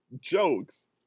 jokes